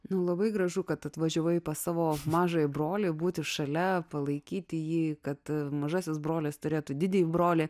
nu labai gražu kad atvažiavai pas savo mažąjį brolį būti šalia palaikyti jį kad mažasis brolis turėtų didįjį brolį